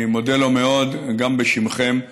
אני מודה לו מאוד, גם בשמכם,